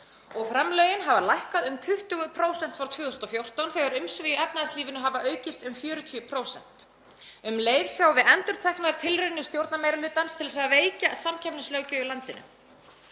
Framlögin hafa lækkað um 20% frá 2014 þegar umsvif í efnahagslífinu hafa aukist um 40%. Um leið sjáum við endurteknar tilraunir stjórnarmeirihlutans til þess að veikja samkeppnislöggjöf í landinu.